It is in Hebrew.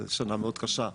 זו שנה מאוד קשה,